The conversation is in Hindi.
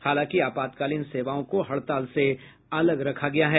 हालांकि आपातकालीन सेवाओं को हड़ताल से अलग रखा गया है